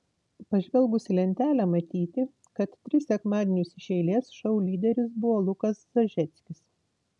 pažvelgus į lentelę matyti kad tris sekmadienius iš eilės šou lyderis buvo lukas zažeckis